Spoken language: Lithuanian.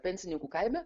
pensininkų kaime